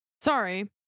Sorry